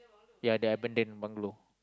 ya the abandonned bungalow